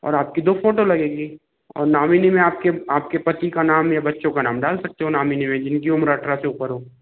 और आपकी दो फोटो लगेगी और नॉमिनी में आपके आपके पति का नाम या बच्चों का नाम डाल सकते हो नामिनी में जिनकी उम्र अठारह से ऊपर हो